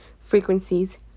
Frequencies